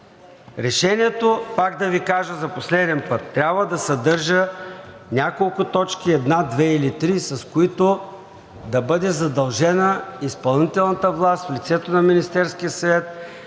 Решението, пак да Ви кажа за последен път, трябва да съдържа няколко точки – една, две или три, с които да бъде задължена изпълнителната власт, в лицето на Министерския съвет,